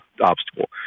obstacle